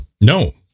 No